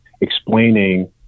explaining